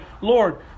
Lord